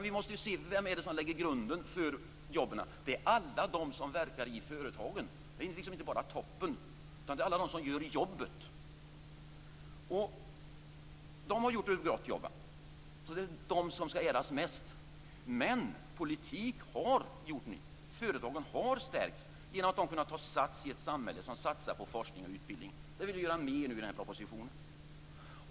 Vi måste se vem som lägger grunden för jobben. Det är alla de som verkar i företagen. Det är inte bara toppen utan alla de som gör jobbet. De har gjort ett bra jobb. Det är de som skall äras mest. Men politik har gjort nytta. Företagen har stärkts genom att de kunnat ta sats i ett samhälle som satsar på forskning och utbildning. Där vill man nu göra mer enligt propositionen.